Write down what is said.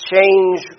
change